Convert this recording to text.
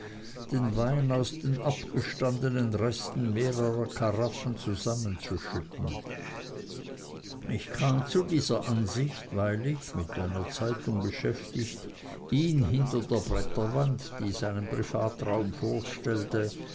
den wein aus den abgestandnen resten mehrerer karaffen zusammenzuschütten ich kam zu dieser ansicht weil ich mit einer zeitung beschäftigt ihn hinter der bretterwand die seinen privatraum vorstellte